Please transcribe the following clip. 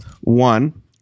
One